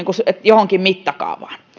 johonkin mittakaavaan